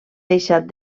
deixat